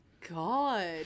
God